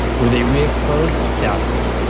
where they re-exposed? doubtful.